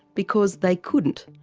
because they couldn't.